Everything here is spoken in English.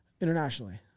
internationally